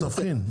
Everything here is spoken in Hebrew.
אבל תבחין,